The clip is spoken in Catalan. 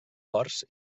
ports